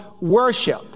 worship